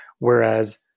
Whereas